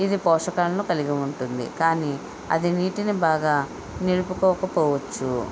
ఇది పోషకాలను కలిగి ఉంటుంది కానీ అది నీటిని బాగా నిలుపుకోకపోవచ్చు